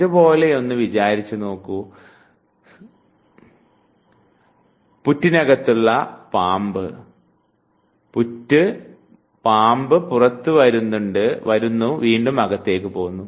ഇതുപോലെയൊന്ന് വിചാരിച്ചു നോക്കൂ സമാധിമേടിനകത്തുള്ള പുറ്റിനകത്തുള്ള പാമ്പ് ഇതാണ് സമാധിമേട് പുറ്റ് പാമ്പ് പുറത്തു വരുന്നു വീണ്ടും അകത്തേക്ക് പോകുന്നു